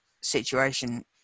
situation